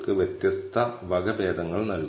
അതാണ് നമ്മൾ ചെയ്യാൻ പോകുന്നത്